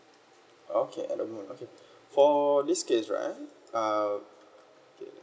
okay at the m~ okay for this case right uh K